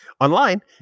Online